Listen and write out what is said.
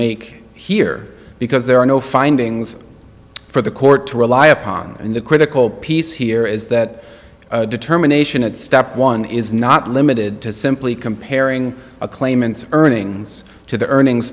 make here because there are no findings for the court to rely upon and the critical piece here is that determination at step one is not limited to simply comparing a claimant's earnings to the earnings